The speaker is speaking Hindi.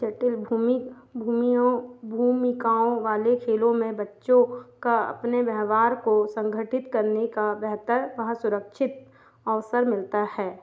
जटिल भूमी भूमियों भूमिकाओं वाले खेलों में बच्चों का अपने व्यवहार को संगठित करने का बेहतर व सुरक्षित अवसर मिलता है